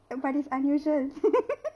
everybody's unusual